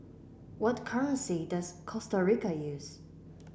what currency does Costa Rica use